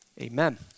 Amen